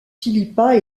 philippa